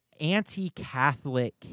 anti-Catholic